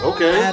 Okay